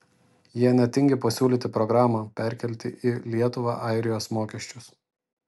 jie net tingi pasiūlyti programą perkelti į lietuvą airijos mokesčius